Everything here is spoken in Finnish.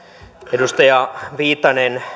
edustaja viitanen